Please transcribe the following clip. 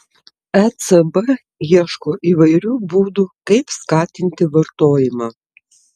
ecb ieško įvairių būdų kaip skatinti vartojimą